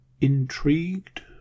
Intrigued